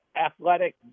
athletic